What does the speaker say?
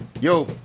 Yo